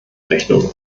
rechnung